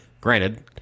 granted